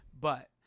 but-